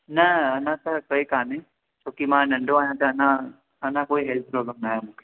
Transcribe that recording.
न अञा त कोई कोन्हे छोकी मां नढो आहियां त अञा अञा हेल्थ जो एॾो न आहे मूंखे